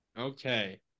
Okay